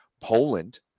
Poland